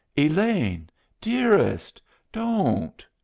elaine dearest don't.